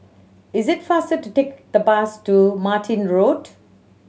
is it faster to take the bus to Martin Road